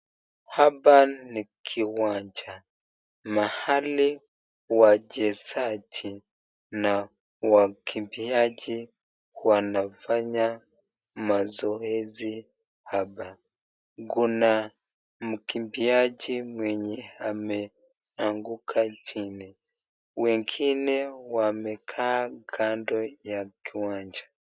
Hapa ni kiwanja mahali wachezaji na wakimbiaji wanafanya mazoezi hapa. Kuna mkimbiaji ameanguka chini wengine wamekaa kando ya kiwanja.